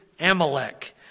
Amalek